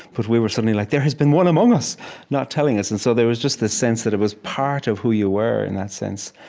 but we were suddenly like, there has been one among us not telling us and so there was just this sense that it was part of who you were, in that sense.